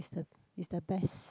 is the is the best